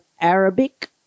Arabic